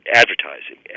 advertising